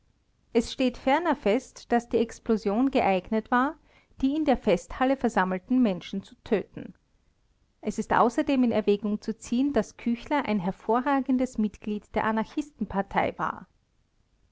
es steht ferner fest daß die explosion geeignet war die in der festhalle versammelten menschen zu töten es ist außerdem in erwägung zu ziehen daß küchler ein hervorragendes mitglied der anarchistenpartei war